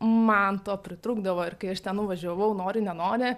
man to pritrūkdavo ir kai aš ten nuvažiavau nori nenori